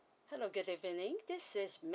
hello good evening this is